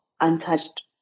untouched